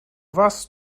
warst